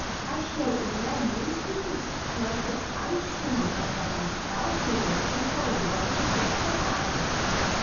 aš jau ėmiau muistytis nors ir paaiškinau kad paprasčiausiai ruošiu biologijos referatą